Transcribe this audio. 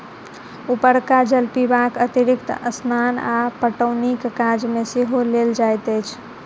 उपरका जल पीबाक अतिरिक्त स्नान आ पटौनीक काज मे सेहो लेल जाइत अछि